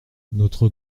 notre